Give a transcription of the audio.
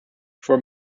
for